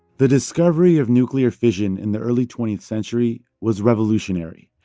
the discovery of nuclear fission in the early twentieth century was revolutionary.